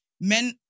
Men